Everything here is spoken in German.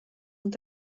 und